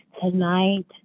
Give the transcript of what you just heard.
tonight